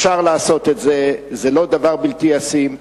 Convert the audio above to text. אפשר לעשות את זה, זה לא דבר בלתי ישים.